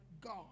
God